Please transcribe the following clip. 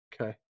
Okay